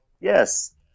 Yes